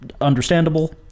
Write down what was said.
understandable